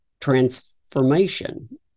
transformation